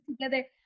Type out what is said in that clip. together